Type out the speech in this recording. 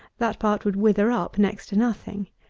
that part would wither up next to nothing.